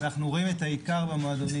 ואנחנו רואים את העיקר במועדונים,